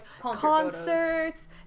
concerts